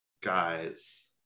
Guys